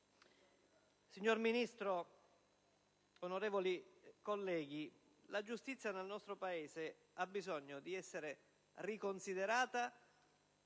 Signor Ministro, onorevoli colleghi, la giustizia nel nostro Paese ha bisogno di essere riconsiderata